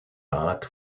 rat